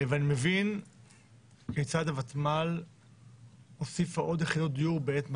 אני מבין כיצד הותמ"ל הוסיפה עוד יחידות דיור בעת משבר,